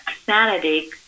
Sanity